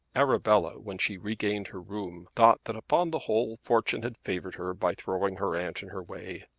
arabella when she regained her room thought that upon the whole fortune had favoured her by throwing her aunt in her way.